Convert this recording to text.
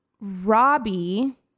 Robbie